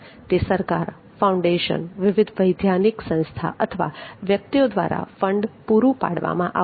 તે સરકાર ફાઉન્ડેશન વિવિધ વૈધાનિક સંસ્થા અથવા વ્યક્તિઓ દ્વારા ફંડ પૂરું પાડવામાં આવશે